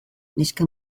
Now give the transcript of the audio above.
neska